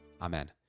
Amen